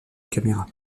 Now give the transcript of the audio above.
caméra